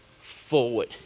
forward